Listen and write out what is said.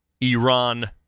Iran